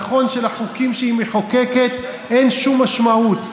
נכון שלחוקים שהיא מחוקקת אין שום משמעות,